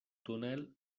túnel